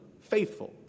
faithful